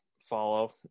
follow